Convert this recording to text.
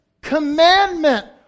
commandment